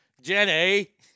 Jenny